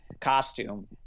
Costume